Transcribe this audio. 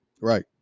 right